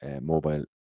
mobile